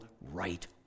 right